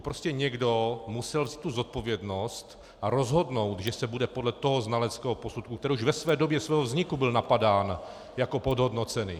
Prostě někdo musel vzít tu zodpovědnost a rozhodnout, že se bude podle toho znaleckého posudku, který už ve své době svého vzniku byl napadán jako podhodnocený.